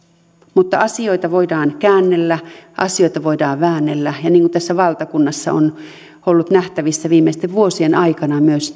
mutta asioita voidaan käännellä asioita voidaan väännellä ja niin kuin tässä valtakunnassa on ollut nähtävissä viimeisten vuosien aikana myös